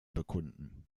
bekunden